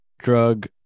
drug